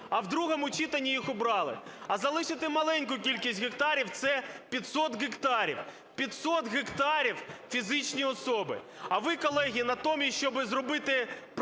а в другому читанні їх убрали. А залишити маленьку кількість гектарів - це 500 гектарів, 500 гектарів фізичні особи. А ви, колеги, натомість, щоб зробити правильні